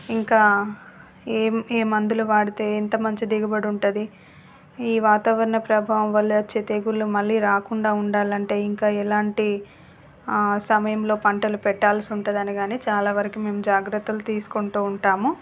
ఇంకా ఏం ఏ మందులు వాడితే ఎంత మంచి దిగుబడి ఉంటుంది ఈ వాతావరణ ప్రభావం వల్ల వచ్చే తెగుళ్ళు మళ్ళీ రాకుండా ఉండాలంటే ఇంకా ఎలాంటి సమయంలో పంటలు పెట్టాల్సి ఉంటుందని చాలా వరకు మేము జాగ్రత్తలు తీసుకుంటూ ఉంటాము